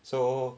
so